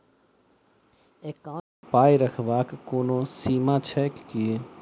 Account मे पाई रखबाक कोनो सीमा छैक की?